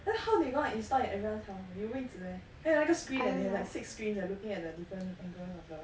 then how they gonna install in everyone's house 有位子 meh 还有那个 screen they have like six screens eh looking at the different angles